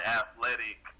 athletic